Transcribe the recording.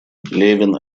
левин